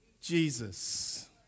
Jesus